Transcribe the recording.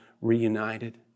reunited